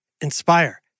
inspire